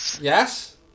Yes